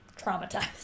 traumatized